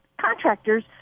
contractors